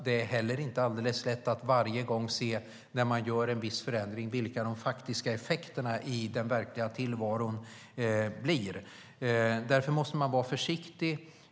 Det är heller inte alldeles lätt att varje gång se när man gör en viss förändring vilka de faktiska effekterna i den verkliga tillvaron blir. Därför måste man vara försiktig.